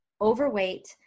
overweight